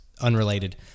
unrelated